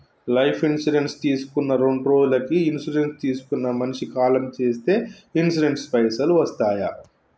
Life insurance తీసుకున్న రెండ్రోజులకి insurance తీసుకున్న మనిషి కాలం చేస్తే ఇన్సూరెన్స్ పైసల్ వస్తయా?